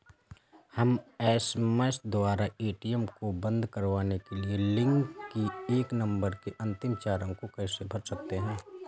हम एस.एम.एस द्वारा ए.टी.एम को बंद करवाने के लिए लिंक किए गए नंबर के अंतिम चार अंक को कैसे भर सकते हैं?